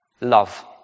Love